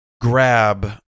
grab